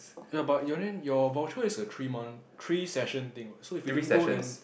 ya but your then your voucher is a three month three session thing what so if you don't go then